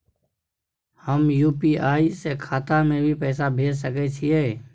हम यु.पी.आई से खाता में भी पैसा भेज सके छियै?